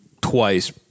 twice